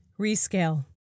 Rescale